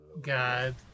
God